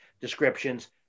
descriptions